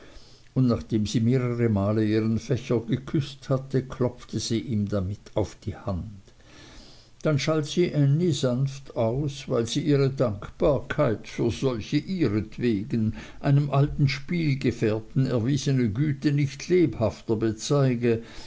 und nachdem sie mehrere male ihren fächer geküßt hatte klopfte sie ihm damit auf die hand dann schalt sie ännie sanft aus weil sie ihre dankbarkeit für solche ihretwegen einem alten spielgefährten erwiesene güte nicht lebhafter bezeige